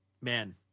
man